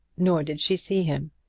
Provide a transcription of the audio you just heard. nor did she see him.